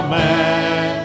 man